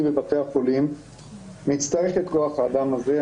בבתי החולים נצטרך את כוח האדם הזה.